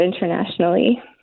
internationally